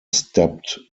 stepped